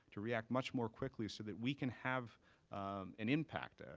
to react much more quickly so that we can have an impact. ah